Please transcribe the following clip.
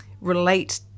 relate